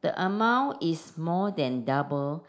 the amount is more than double